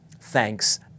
Thanks